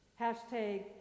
Hashtag